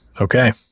Okay